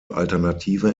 alternative